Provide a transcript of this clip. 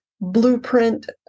blueprint